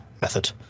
method